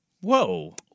whoa